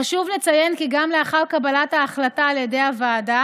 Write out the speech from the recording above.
חשוב לציין כי גם לאחר קבלת ההחלטה על ידי הוועדה